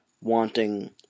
wanting